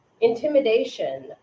Intimidation